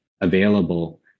available